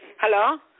Hello